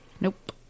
Nope